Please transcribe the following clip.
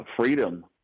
freedom